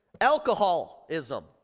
Alcoholism